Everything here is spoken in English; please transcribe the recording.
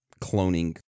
cloning